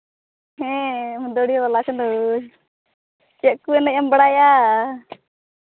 ᱦᱮᱸ ᱢᱟᱹᱫᱟᱹᱲᱤᱭᱟᱹ ᱵᱟᱞᱟ ᱠᱟᱹᱱᱟᱹᱧ ᱪᱮᱫ ᱠᱚᱵᱮᱱ ᱮᱢ ᱵᱟᱲᱟᱭᱟ